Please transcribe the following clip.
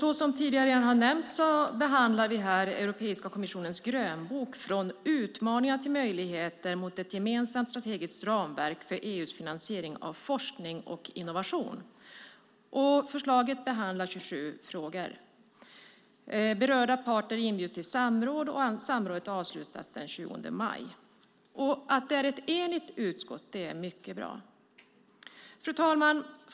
Så som redan har nämnts behandlar vi här Europeiska kommissionens grönbok Från utmaningar till möjligheter: Mot ett gemensamt strategiskt ramverk för EU:s finansiering av forskning och innovation . Förslaget behandlar 27 frågor. Berörda parter inbjuds till samråd som avslutas den 20 maj. Att det är ett enigt utskott är mycket bra. Fru talman!